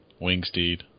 Wingsteed